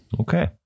Okay